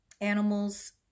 animals